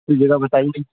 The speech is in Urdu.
کچھ جگہ بتائیے